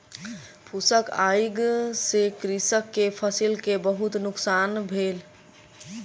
फूसक आइग से कृषक के फसिल के बहुत नुकसान भेल